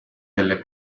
delle